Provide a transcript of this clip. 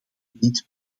niet